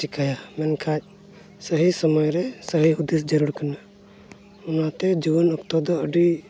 ᱪᱤᱠᱟᱹᱭᱟ ᱢᱮᱱᱠᱷᱟᱡ ᱥᱟᱹᱦᱤ ᱚᱢᱚᱭ ᱨᱮ ᱥᱟᱹᱦᱤ ᱦᱩᱫᱤᱥ ᱡᱟᱹᱨᱩᱲ ᱠᱟᱱᱟ ᱚᱱᱟᱛᱮ ᱡᱩᱣᱟᱹᱱ ᱚᱠᱛᱚ ᱫᱚ ᱟᱹᱰᱤ